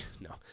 no